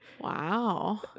Wow